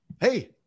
Hey